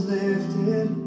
lifted